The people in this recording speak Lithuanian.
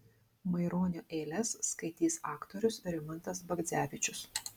maironio eiles skaitys aktorius rimantas bagdzevičius